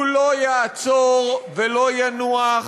הוא לא יעצור ולא ינוח